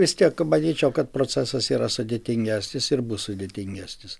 vis tiek manyčiau kad procesas yra sudėtingesnis ir bus sudėtingesnis